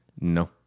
No